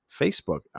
Facebook